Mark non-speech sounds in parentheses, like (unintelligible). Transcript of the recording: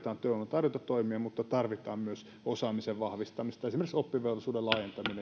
tarjontatoimia mutta tarvitaan myös osaamisen vahvistamista esimerkiksi oppivelvollisuuden laajentamista (unintelligible)